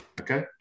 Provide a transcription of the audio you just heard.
Okay